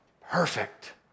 perfect